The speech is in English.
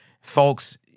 Folks